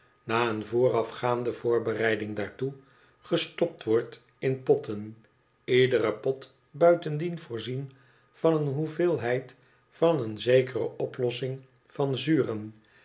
na een voorafgaande voorbereiding daartoe gestopt wordt in potten iedere pot buitendien voorzien van een hoeveelheid van een zekere oplossing van zuren